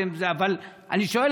אבל אני שואל,